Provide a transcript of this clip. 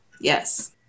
yes